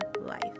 life